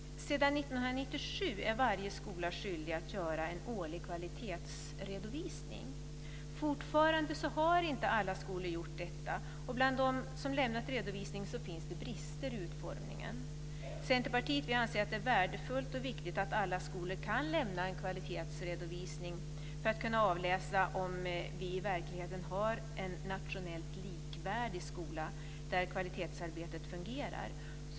Sedan 1997 är varje skola skyldig att göra en årlig kvalitetsredovisning. Fortfarande har inte alla skolor gjort detta, och bland dem som lämnat redovisning finns det brister i utformningen. Centerpartiet anser att det är värdefullt och viktigt att alla skolor kan lämna en kvalitetsredovisning för att kunna avläsa om vi i verkligheten har en nationellt likvärdig skola, där kvalitetsarbetet fungerar.